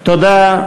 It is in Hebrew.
תודה.